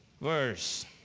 verse